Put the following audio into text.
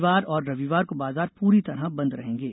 शनिवार और रविवार को बाजार पूरी तरह बंद रहेंगे